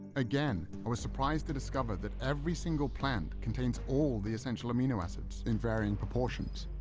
again, i was surprised to discover that every single plant contains all the essential amino acids in varying proportions.